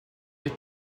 les